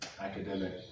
Academic